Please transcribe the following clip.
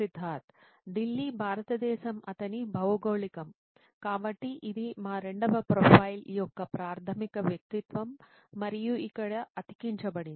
సిద్ధార్థ్ ఢిల్లీ భారతదేశం అతని భౌగోళికం కాబట్టి ఇది మా రెండవ ప్రొఫైల్ యొక్క ప్రాథమిక వ్యక్తిత్వం మరియు ఇక్కడ అతికించబడింది